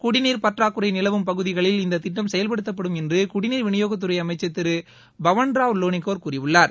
குடிநீர் பற்றாக்குறை நிலவும் பகுதிகளில் இந்த திட்டம் செயல்படுத்தப்படும் என்று குடிநீர் விநியோகத்துறை அமைச்சர் திரு பவன்ராவ் லோனிகார் கூறியுள்ளார்